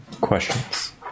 questions